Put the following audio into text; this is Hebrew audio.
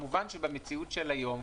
כמובן שבמציאות של היום,